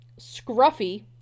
Scruffy